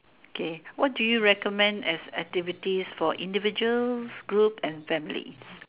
okay what do you recommend as activities for individual group and families